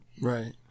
Right